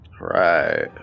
Right